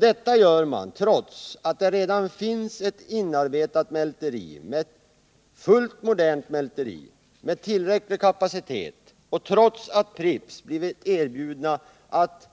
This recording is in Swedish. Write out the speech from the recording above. Det gör man trots att det redan finns ett inarbetat, fullt modernt mälteri med tillräcklig kapacitet, och trots att Pripps erbjudits att